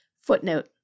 Footnote